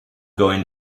going